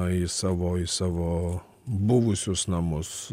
į savo į savo buvusius namus